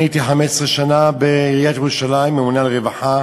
אני הייתי 15 שנה בעיריית ירושלים ממונה על רווחה,